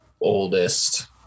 oldest